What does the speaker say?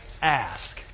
ask